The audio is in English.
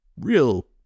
real